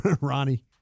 Ronnie